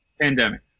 pandemic